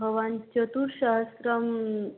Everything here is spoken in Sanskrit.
भवान् चतुस्सहस्रं